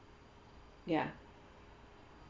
ya